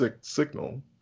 signal